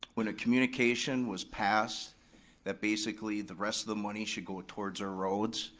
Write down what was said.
when a communication was passed that basically the rest of the money should go towards our roads?